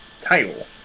title